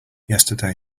yesterday